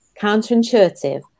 counterintuitive